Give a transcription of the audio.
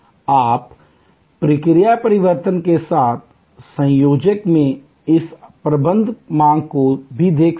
आप प्रक्रिया परिवर्तन के साथ संयोजन में इस प्रबंध मांग को भी देख सकते हैं